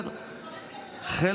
צריך גם שלא יהיה רישום,